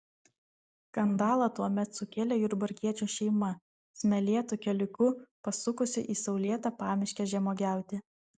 skandalą tuomet sukėlė jurbarkiečių šeima smėlėtu keliuku pasukusi į saulėtą pamiškę žemuogiauti